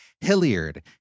Hilliard